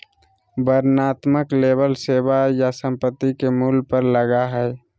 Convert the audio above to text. वर्णनात्मक लेबल सेवा या संपत्ति के मूल्य पर लगा हइ